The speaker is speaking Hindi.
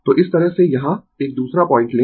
तो इस तरह से यहाँ एक दूसरा पॉइंट लें